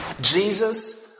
Jesus